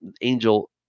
angel